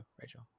Rachel